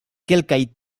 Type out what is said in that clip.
kelkaj